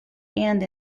and